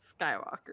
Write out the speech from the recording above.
Skywalker